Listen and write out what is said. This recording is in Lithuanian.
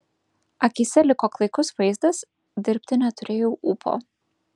akyse liko klaikus vaizdas dirbti neturėjau ūpo